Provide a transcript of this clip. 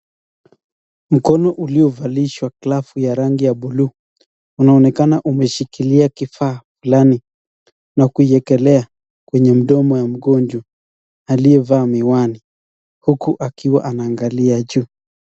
Mkono uliovalishwa glavu ya rangi ya buluu unaonekana umeshikilia kifaa fulani na kuiekelea kwenye mdomo ya mgonjwa aliyevaa miwani huku akiwa anaangalia juu.